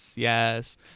Yes